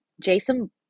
jason